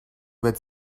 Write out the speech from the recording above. with